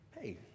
hey